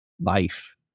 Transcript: life